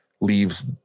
leaves